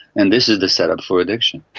and this is the setup for addiction.